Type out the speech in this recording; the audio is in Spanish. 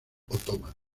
otomano